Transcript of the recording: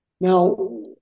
Now